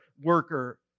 worker